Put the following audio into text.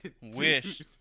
wish